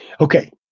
Okay